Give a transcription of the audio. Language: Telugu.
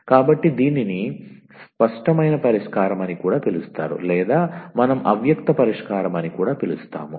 కాబట్టి దీనిని స్పష్టమైన పరిష్కారం అని కూడా పిలుస్తారు లేదా మనం అవ్యక్త పరిష్కారం అని కూడా పిలుస్తాము